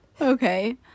okay